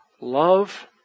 Love